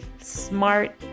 smart